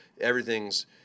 everything's